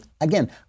again